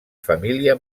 família